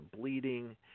bleeding